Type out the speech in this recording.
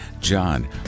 john